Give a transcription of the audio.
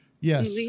Yes